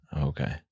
Okay